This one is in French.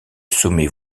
sommet